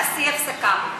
תעשי הפסקה.